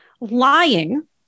lying